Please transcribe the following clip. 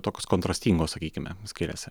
tokios kontrastingos sakykime skiriasi